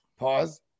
Pause